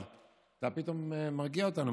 אבל אתה פתאום מרגיע אותנו,